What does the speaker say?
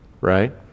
right